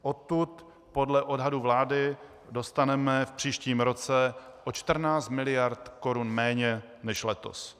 Odtud podle odhadů vlády dostaneme v příštím roce o 14 mld. korun méně než letos.